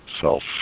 self